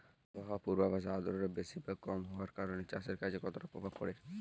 আবহাওয়ার পূর্বাভাসে আর্দ্রতা বেশি বা কম হওয়ার কারণে চাষের কাজে কতটা প্রভাব পড়ে?